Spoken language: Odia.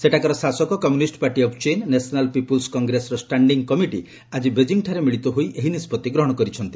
ସେଠାକାର ଶାସକ communist party of China national people's କଂଗ୍ରେସର ଷ୍ଟାଣ୍ଡିଂ କମିଟି ଆଜି ବେକିଂଠାରେ ମିଳିତ ହୋଇ ଏହି ନିଷ୍କଭି ଗ୍ରହଣ କରିଛନ୍ତି